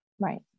Right